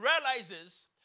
realizes